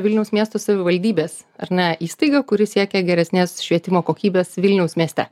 vilniaus miesto savivaldybės ar ne įstaiga kuri siekia geresnės švietimo kokybės vilniaus mieste